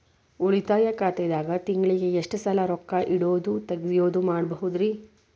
ಉಳಿತಾಯ ಖಾತೆದಾಗ ತಿಂಗಳಿಗೆ ಎಷ್ಟ ಸಲ ರೊಕ್ಕ ಇಡೋದು, ತಗ್ಯೊದು ಮಾಡಬಹುದ್ರಿ?